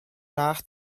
nach